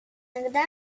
иногда